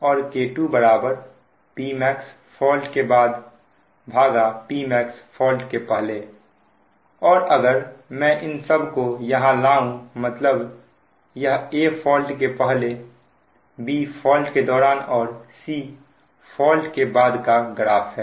और K2 Pmax fault के बाद Pmax फॉल्ट के पहले और अगर मैं इन सब को यहां लाऊं मतलब यह A फॉल्ट के पहले B फॉल्ट के दौरान और C फॉल्ट के बाद का ग्राफ है